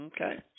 Okay